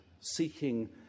seeking